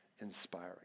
inspiring